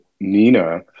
Nina